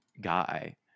guy